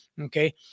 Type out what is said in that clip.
Okay